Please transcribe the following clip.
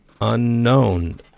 unknown